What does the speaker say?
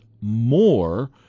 more